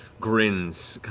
grins,